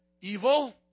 evil